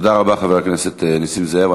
תודה רבה, חבר הכנסת נסים זאב.